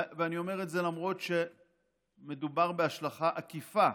ואני אומר את זה למרות שמדובר בהשלכה עקיפה,